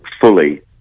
fully